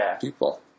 people